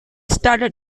started